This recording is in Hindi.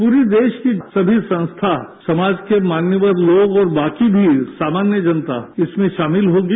पूरे देश की समी संस्था समाज के मान्यवर लोग और बाकी मी सामान्य जनता इसमें शॉमिल होगी